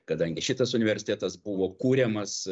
kadangi šitas universitetas buvo kuriamas